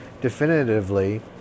definitively